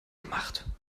gemacht